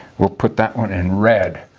we'll put that one in red.